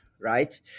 Right